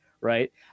right